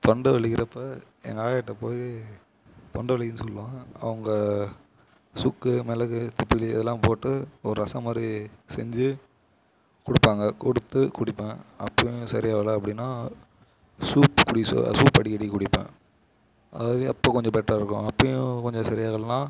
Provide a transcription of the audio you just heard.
தொண்டை வலிக்கிறப்போ எங்கள் ஆயாகிட்ட போய் தொண்டை வலிக்கிதுன்னு சொல்லுவேன் அவங்க சுக்கு மிளகு திப்பிலி இதெல்லாம் போட்டு ஒரு ரசம் மாதிரி செஞ்சு கொடுப்பாங்க கொடுத்து குடிப்பேன் அப்போயும் சரியாகல அப்படின்னா சூப் குடிக்க சூப் அடிக்கடி குடிப்பேன் அதாவது அப்ப கொஞ்சம் பெட்டரா இருக்கும் அப்பயும் கொஞ்சம் சரியாகலன்னா